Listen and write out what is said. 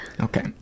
Okay